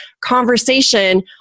conversation